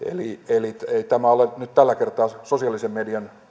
eli ei tämä ole nyt tällä kertaa sosiaalisen median